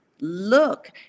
Look